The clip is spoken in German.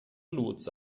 lotse